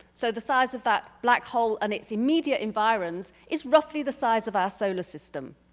so the size of that black hole and its immediate environments is roughly the size of our solar system.